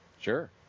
Sure